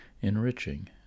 enriching